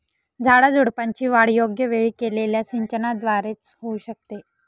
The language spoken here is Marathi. झाडाझुडपांची वाढ योग्य वेळी केलेल्या सिंचनाद्वारे च होऊ शकते